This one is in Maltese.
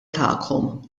tagħkom